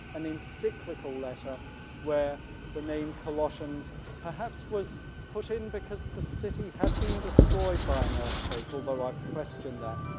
an encyclical letter where the name colossians perhaps was put in because the city had been destroyed by an earthquake although i've questioned that,